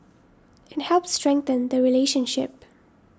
it helps strengthen the relationship